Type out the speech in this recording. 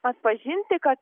atpažinti kad